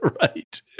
Right